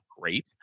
great